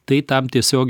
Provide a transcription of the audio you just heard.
tai tam tiesiog